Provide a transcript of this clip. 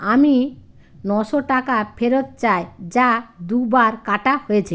আমি নশো টাকা ফেরত চাই যা দুবার কাটা হয়েছে